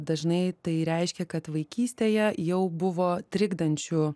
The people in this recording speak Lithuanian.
dažnai tai reiškia kad vaikystėje jau buvo trikdančių